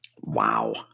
Wow